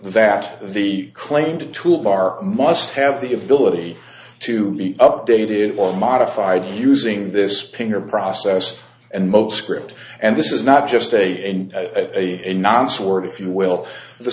that the claim to toolbar must have the ability to be updated or modified using this pinger process and most script and this is not just a nonce word if you will the